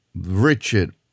Richard